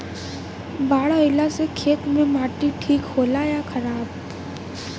बाढ़ अईला से खेत के माटी ठीक होला या खराब?